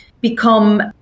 become